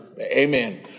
Amen